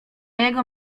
jego